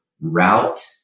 route